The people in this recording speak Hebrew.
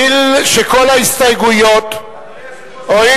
אני קובע שההסתייגויות לא נתקבלו.